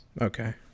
Okay